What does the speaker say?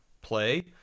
play